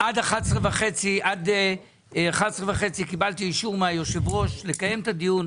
עד 11 וחצי קיבלתי אישור מהיושב ראש לקיים את הדיון,